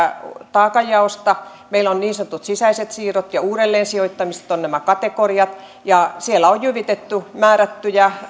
taakanjaosta niin sanotut sisäiset siirrot ja uudelleensijoittamiset ovat meillä nämä kategoriat ja siellä on jyvitetty määrättyjä